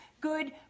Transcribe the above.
good